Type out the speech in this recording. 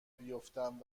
بیفتم